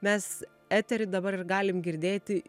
mes etery dabar galim girdėti